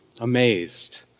amazed